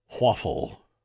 Waffle